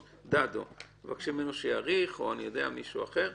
מבקשים ממנו שיאריך, או ממישהו אחר.